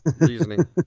reasoning